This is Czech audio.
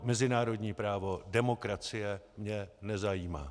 Mezinárodní právo, demokracie mě nezajímá.